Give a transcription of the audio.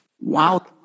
Wow